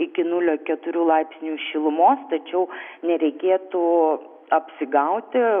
iki nulio keturių laipsnių šilumos tačiau nereikėtų apsigauti